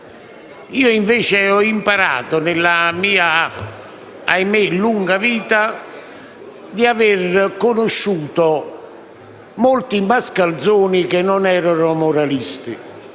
Io invece ho imparato, nella mia - ahimè - lunga vita, a conoscere molti mascalzoni che non erano moralisti;